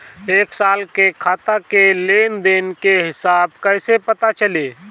एक साल के खाता के लेन देन के हिसाब कइसे पता चली?